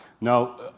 Now